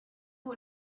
one